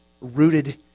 rooted